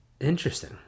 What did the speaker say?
interesting